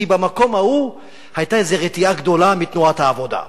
כי במקום ההוא היתה איזו רתיעה גדולה מתנועת העבודה.